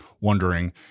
wondering